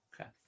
Okay